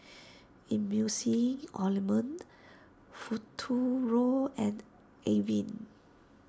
Emulsying Ointment Futuro and Avene